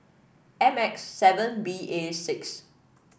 M X seven B A six